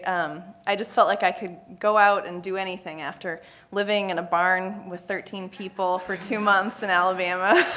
um i just felt like i could go out and do anything after living in a barn with thirteen people for two months in alabama.